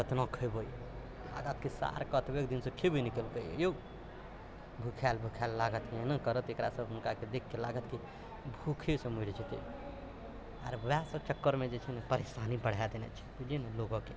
कि कतनो खेबै लागत कि सार कतबै दिनसँ खेबै नहि केलकेहै यौ भुखाइल भुखाइल लागत एहिना करत जेकरासँ हुनका देखके लागत कि भूखेसँ मरि जेतै आओर वएह सभ चक्करमे जे छै नै परेशानी बढ़ा देने छै बुझलियै ने लोकक के